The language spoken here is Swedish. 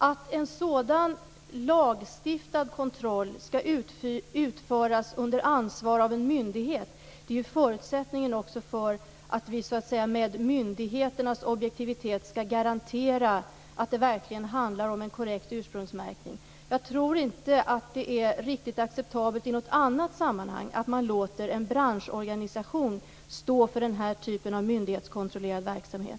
Att en sådan lagstiftad kontroll skall utföras under ansvar av en myndighet är också förutsättningen för att vi med myndigheternas objektivitet skall kunna garantera att det verkligen rör sig om en korrekt ursprungsmärkning. Jag tror inte att det är riktigt acceptabelt i något annat sammanhang att man låter en branschorganisation stå för den här typen av myndighetskontrollerad verksamhet.